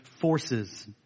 forces